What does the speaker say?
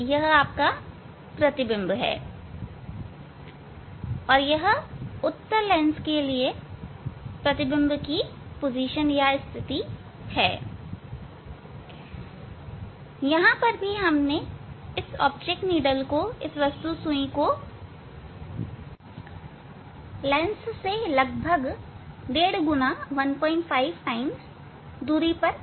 यह प्रतिबिंब है यह उत्तल लेंस के लिए प्रतिबिंब की स्थिति है और यहां भी हमने वस्तु सुई को लेंस से लगभग 15 गुना दूरी पर रखा है